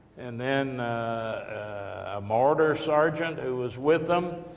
and then a mortar sergeant, who was with them,